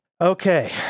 Okay